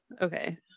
Okay